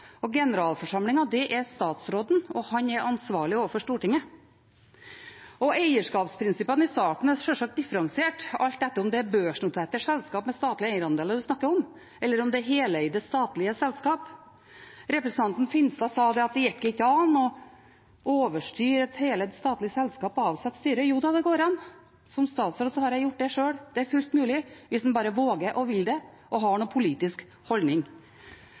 og generalforsamlingen er statsråden, og han er ansvarlig overfor Stortinget. Eierskapsprinsippene i staten er sjølsagt differensiert, alt etter om det er børsnoterte selskap med statlig eierandel eller heleide, statlige selskap en snakker om. Representanten Finstad sa at det ikke går an å overstyre et heleid, statlig selskap og avsette styret. Jo da, det går an. Som statsråd har jeg gjort det. Det er fullt mulig hvis en bare våger og vil det og har en politisk holdning.